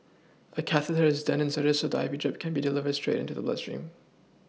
a catheter is then inserted so that the I V drip can be delivered straight into the blood stream